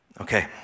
Okay